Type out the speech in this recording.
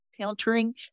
countering